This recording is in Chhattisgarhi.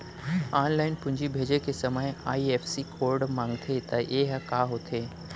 ऑनलाइन पूंजी भेजे के समय आई.एफ.एस.सी कोड माँगथे त ये ह का होथे?